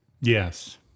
Yes